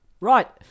Right